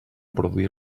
produir